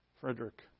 Frederick